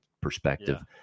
perspective